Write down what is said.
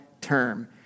term